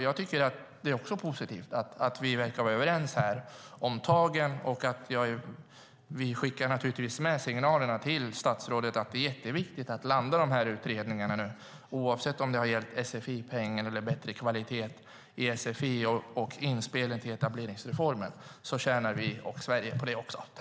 Jag tycker också att det är positivt att vi verkar vara överens här om tagen, och vi skickar naturligtvis med signalerna till statsrådet att det är jätteviktigt att landa de här utredningarna nu. Oavsett om det gäller sfi-pengen eller bättre kvalitet i sfi och inspelen till etableringsreformen tjänar vi och Sverige på det.